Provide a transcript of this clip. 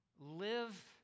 Live